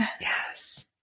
Yes